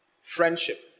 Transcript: Friendship